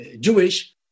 Jewish